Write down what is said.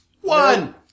One